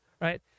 Right